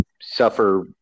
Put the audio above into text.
suffer